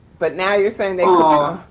but now you're saying ah